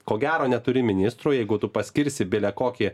ko gero neturi ministrų jeigu tu paskirsi bile kokį